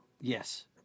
yes